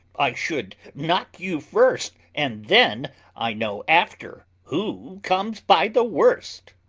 i should knock you first, and then i know after who comes by the worst.